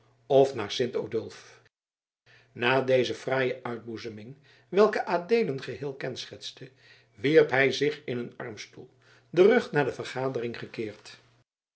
of naar sint odulf na deze fraaie uitboezeming welke adeelen geheel kenschetste wierp hij zich in een armstoel den rug naar de vergadering gekeerd